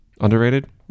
Underrated